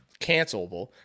cancelable